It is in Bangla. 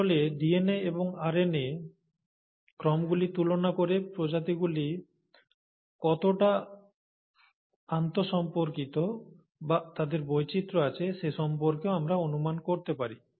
আসলে ডিএনএ এবং আরএনএ ক্রমগুলি তুলনা করে প্রজাতিগুলি কতটা আন্তঃসম্পর্কিত বা তাদের বৈচিত্র্য আছে সে সম্পর্কেও আমরা অনুমান করতে পারি